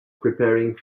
preparing